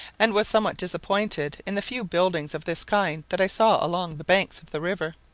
and was somewhat disappointed in the few buildings of this kind that i saw along the banks of the river.